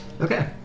Okay